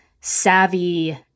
savvy